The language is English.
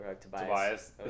Tobias